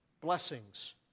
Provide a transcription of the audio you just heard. blessings